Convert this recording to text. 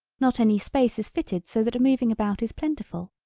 not any space is fitted so that moving about is plentiful.